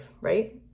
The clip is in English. right